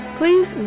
please